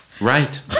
Right